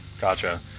Gotcha